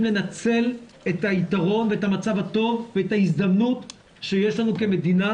לנצל את היתרון ואת המצב הטוב ואת ההזדמנות שיש לנו כמדינה